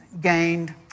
gained